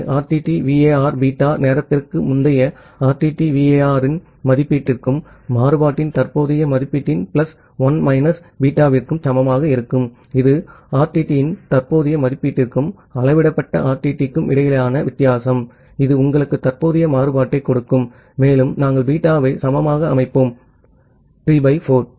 ஆகவே RTTVAR beta நேரத்திற்கு முந்தைய RTTVAR இன் மதிப்பீட்டிற்கும் மாறுபாட்டின் தற்போதைய மதிப்பீட்டின் plus 1 minus betaவிற்கும் சமமாக இருக்கும் இது RTT இன் தற்போதைய மதிப்பீட்டிற்கும் அளவிடப்பட்ட RTT க்கும் இடையிலான வித்தியாசம் இது உங்களுக்கு தற்போதைய மாறுபாட்டைக் கொடுக்கும் மேலும் நாம் betaவை சமமாக அமைப்போம் to 3 by 4